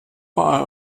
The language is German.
war